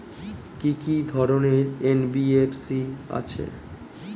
কি কি ধরনের এন.বি.এফ.সি আছে?